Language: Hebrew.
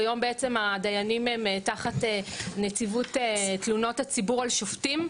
כיום בעצם הדיינים הם תחת נציבות תלונות הציבור על שופטים,